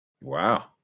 Wow